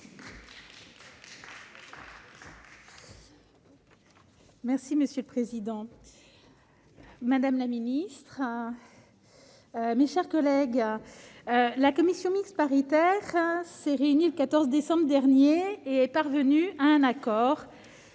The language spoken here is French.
Monsieur le président, madame la ministre, mes chers collègues, la commission mixte paritaire (CMP), réunie le 14 décembre dernier, est parvenue à un accord